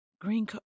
Green